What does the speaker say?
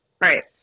Right